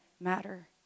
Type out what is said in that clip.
matter